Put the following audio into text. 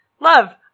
love